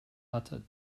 hatte